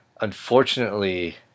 Unfortunately